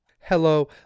Hello